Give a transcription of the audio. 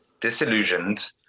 disillusioned